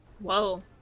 Whoa